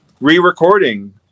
re-recording